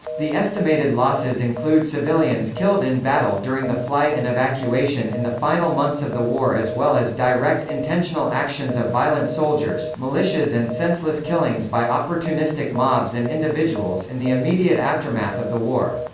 the estimated losses include civilians killed in battle during the flight and evacuation in the final months of the war as well as direct intentional actions of violent soldiers, militias and senseless killings by opportunistic mobs and individuals in and the immediate aftermath of the war.